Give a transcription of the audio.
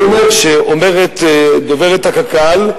אז אני אומר שאומרת דוברת הקק"ל,